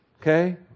Okay